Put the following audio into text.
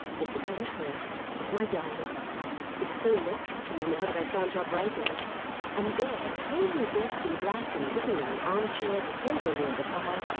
mr. kenge first, with my darling it is so natural to me now that i can't help writing it and there, plainly dressed in black and sitting in an arm-chair at a table near the fire,